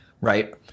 Right